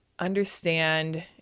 understand